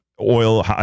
oil